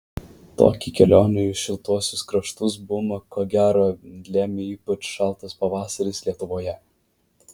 tokį kelionių į šiltuosius kraštus bumą ko gero lėmė ypač šaltas pavasaris lietuvoje